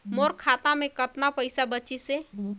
मोर खाता मे कतना पइसा बाचिस हे?